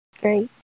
Great